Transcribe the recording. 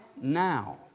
now